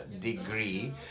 degree